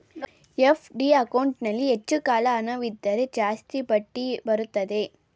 FD ಅಕೌಂಟಲ್ಲಿ ಹೆಚ್ಚು ಕಾಲ ಹಣವಿದ್ದರೆ ಜಾಸ್ತಿ ಬಡ್ಡಿ ಬರುತ್ತೆ